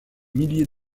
milliers